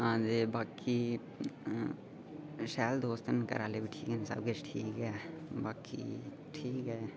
आँ ते बाकी शैल दोस्त न घरा आह्ले बी इं'या सब किश ठीक ऐ बाकी ठीक ऐ